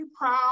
proud